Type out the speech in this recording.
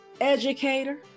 educator